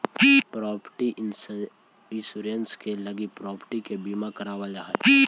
property insurance के लगी property के बीमा करावल जा हई